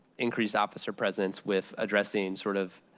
increased officer presence with addressing sort of